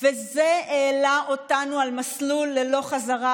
וזה העלה אותנו על מסלול ללא חזרה,